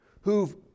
who've